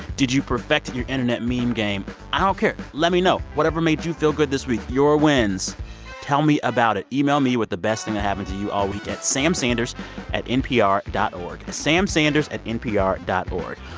did you perfect your internet meme game? i don't ah care. let me know. whatever made you feel good this week, your wins tell me about it. email me with the best thing that happened to you all week at samsanders at npr dot o r g. samsanders at npr dot o r g.